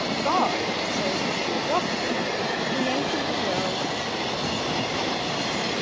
god so went the doctrine created the world in mathematical terms,